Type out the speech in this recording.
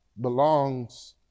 belongs